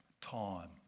Time